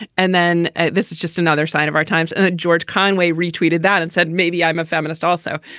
and then this is just another sign of our times. george conway retweeted that and said maybe i'm a feminist also.